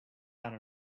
sound